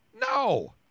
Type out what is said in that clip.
No